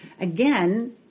again